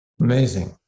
Amazing